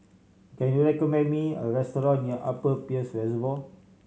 can you recommend me a restaurant near Upper Peirce Reservoir